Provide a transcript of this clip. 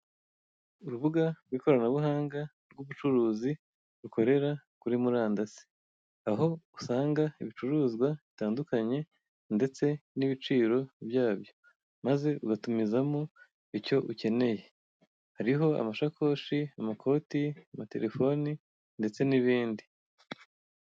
Urubuga rw'ikoranabuhanga, rw'ubucuruzi bukorera kuri murandasi, aho usanga ibicuruzwa bitandukanye ndetse n'ibiciro byabyo, maze ugatumiza mo icyo ukeneye, hariho amashakoshi, amakoti, amatelefone, ndetse n'ibindi.